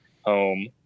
home